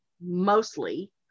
mostly